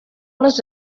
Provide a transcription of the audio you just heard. les